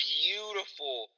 beautiful